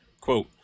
quote